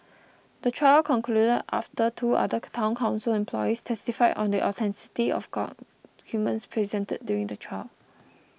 the trial concluded after two other Town Council employees testified on the authenticity of documents presented during the trial